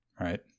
right